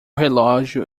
relógio